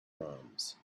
proms